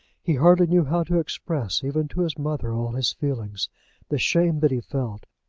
he hardly knew how to express, even to his mother, all his feelings the shame that he felt,